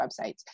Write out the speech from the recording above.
websites